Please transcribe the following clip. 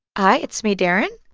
hi. it's me, darren.